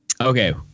Okay